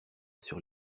sur